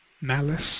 malice